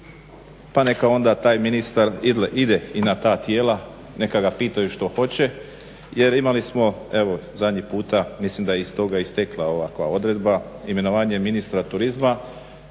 pa neka onda taj ministar ide i na ta tijela, neka ga pitaju što hoće. Jer imali smo evo zadnji puta, mislim da je iz toga i proistekla ovakva odredba imenovanje ministra turizma